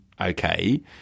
okay